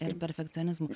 ir perfekcionizmu